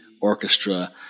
Orchestra